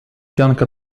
pianka